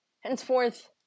Henceforth